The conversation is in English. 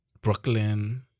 Brooklyn